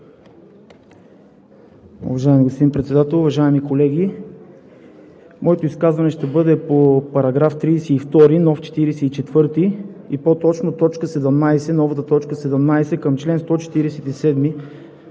Уважаеми господин Председател, уважаеми колеги! Моето изказване ще бъде по § 32, нов § 44 и по точно новата т. 17 към чл. 147